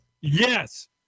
Yes